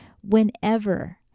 whenever